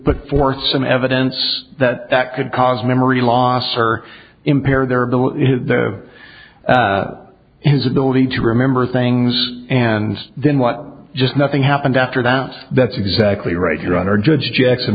put forth some evidence that that could cause memory loss or impair their their his ability to remember things and then what just nothing happened after that that's exactly right your honor judge jackson